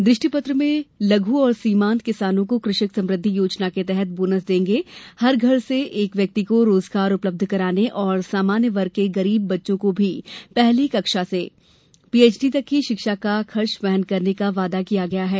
दृष्टिपत्र में लघु और सीमान्त किसानों को कृषक समृद्धि योजना के तहत बोनस देने हर घर से एक व्यक्ति को रोजगार उपलब्ध कराने और सामान्य वर्ग के गरीब बच्चों को भी पहली कक्षा से पीएचडी तक की शिक्षा का खर्च वहन करने का वादा किया गया है